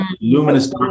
luminous